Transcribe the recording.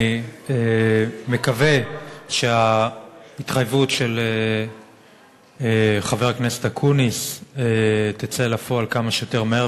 אני מקווה שההתחייבות של חבר הכנסת אקוניס תצא לפועל כמה שיותר מהר,